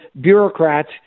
bureaucrats